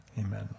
Amen